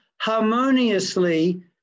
harmoniously